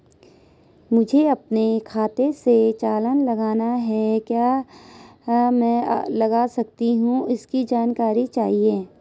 मुझे अपने खाते से चालान लगाना है क्या मैं लगा सकता हूँ इसकी जानकारी चाहिए?